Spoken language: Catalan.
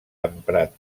emprat